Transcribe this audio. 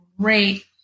great